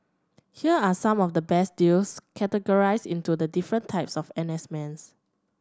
here are some of the best deals categorised into the different types of N S mans